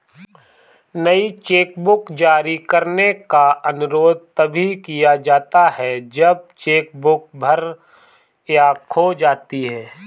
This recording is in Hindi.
नई चेकबुक जारी करने का अनुरोध तभी किया जाता है जब चेक बुक भर या खो जाती है